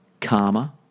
karma